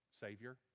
Savior